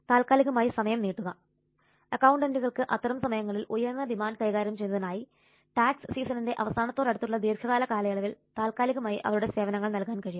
താൽക്കാലികമായി സമയം നീട്ടുക അകൌണ്ടന്റുകൾക്ക് അത്തരം സമയങ്ങളിൽ ഉയർന്ന ഡിമാൻഡ് കൈകാര്യം ചെയ്യുന്നതിനായി ടാക്സ് സീസണിന്റെ അവസാനത്തോടടുത്തുള്ള ദീർഘകാല കാലയളവിൽ താൽക്കാലികമായി അവരുടെ സേവനങ്ങൾ നൽകാൻ കഴിയും